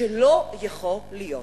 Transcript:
שלא יכול להיות,